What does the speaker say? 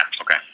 Okay